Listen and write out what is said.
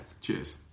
Cheers